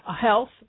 health